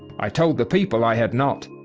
i told the people i had not,